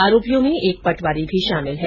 आरोपियो में एक पटवारी भी शामिल है